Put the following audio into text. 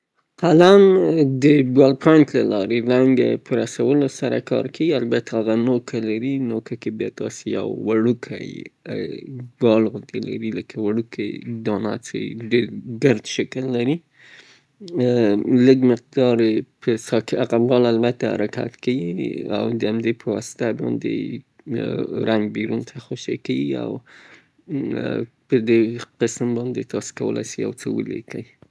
قلم د یوه کوچیني کیپ له لارې د رنګ په رسولو کار کوي، کله چه تاسې په یوه قلم فشار راوړي، پای کې یې یو توپ څرخیږي، رنګ ته اجازه ورکوي ترڅو کاغذ ته ووځي. رنګ په یوه زیرمه کې ساتل کیږي او لکه څرنګه چه تاسې لیکي، بال د قلم له وچولو څخه ساتي، چه د لیکلو تجربه - د لیکلنو اسانه تجربه رامنځته کوي.